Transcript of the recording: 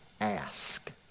ask